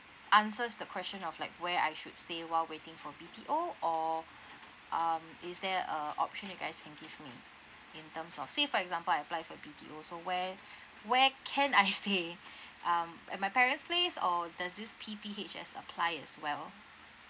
answers the question of like where I should stay while waiting for B_T_O or um is there uh option you guys can give me in terms of say for example I apply for B_T_O so where where can I stay um at my parent's place or does this P_P_H_S apply as well